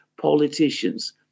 politicians